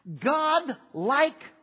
God-like